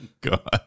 god